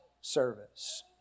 service